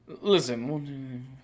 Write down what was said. listen